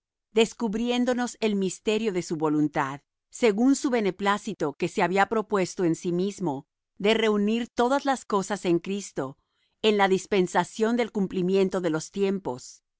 descubriéndonos el misterio de su voluntad según su beneplácito que se había propuesto en sí mismo de reunir todas las cosas en cristo en la dispensación del cumplimiento de los tiempos